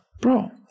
bro